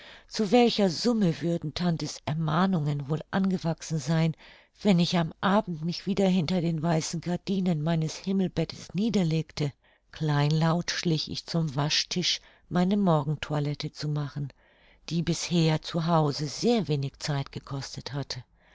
zu welcher summe würden tante's ermahnungen wohl angewachsen sein wenn ich am abend mich wieder hinter den weißen gardinen meines himmelbettes niederlegte kleinlaut schlich ich zum waschtisch meine morgentoilette zu machen die bisher zu hause sehr wenig zeit gekostet hatte